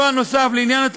ד.